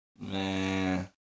Man